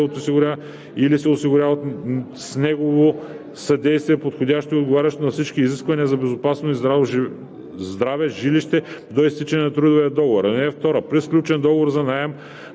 от работодателя или се осигурява с негово съдействие подходящо и отговарящо на всички изисквания за безопасност и здраве жилище до изтичане на трудовия договор. (2) При сключен договор за наем